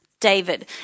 David